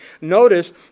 Notice